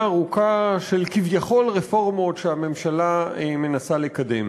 ארוכה של כביכול רפורמות שהממשלה מנסה לקדם,